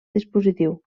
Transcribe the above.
dispositiu